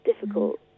difficult